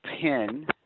pen